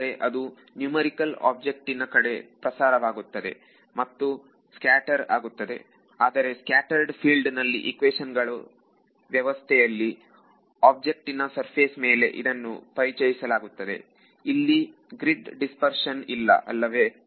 ಹಾಗಾದರೆ ಅದು ಎಮರಿ ಕಲ್ಲಾಗಿ ಆಬ್ಜೆಕ್ಟ್ ಇನ ಕಡೆ ಪ್ರಚಾರ ವಾಗುತ್ತದೆ ಮತ್ತು ಸ್ಕ್ಯಾಟರ್ ಆಗುತ್ತದೆ ಆದರೆ ಸ್ಕ್ಯಾಟರೆಡ್ ಫೀಲ್ಡಿನಲ್ಲಿ ಇಕ್ವೇಶನ್ ಗಳ ವ್ಯವಸ್ಥೆಯಲ್ಲಿ ಆಬ್ಜೆಕ್ಟಿನ ಸರ್ಫೇಸ್ ಮೇಲೆ ಇದನ್ನು ಪರಿಚಯಿಸಲಾಗುತ್ತದೆ ಇಲ್ಲಿ ಗ್ರಿಡ್ಡ್ ದಿಸ್ಪರ್ಶನ್ ಇಲ್ಲ ಅಲ್ಲವೇ